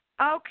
Okay